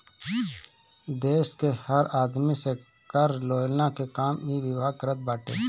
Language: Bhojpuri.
देस के हर आदमी से कर लेहला के काम इ विभाग करत बाटे